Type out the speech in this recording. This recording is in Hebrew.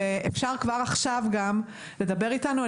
ואפשר כבר עכשיו לדבר איתנו.